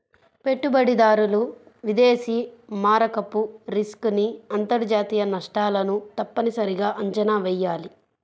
పెట్టుబడిదారులు విదేశీ మారకపు రిస్క్ ని అంతర్జాతీయ నష్టాలను తప్పనిసరిగా అంచనా వెయ్యాలి